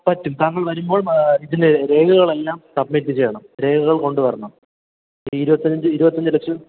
പറ്റും താങ്കൾ വരുമ്പോൾ ഇതിൻ്റെ രേഖകൾ എല്ലാം സബ്മിറ്റ് ചെയ്യണം രേഖകൾ കൊണ്ടുവരണം ഈ ഇരുപത്തഞ്ച് ഇരുപത്തഞ്ച് ലക്ഷം